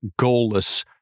goalless